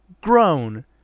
Grown